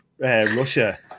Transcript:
Russia